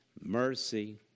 mercy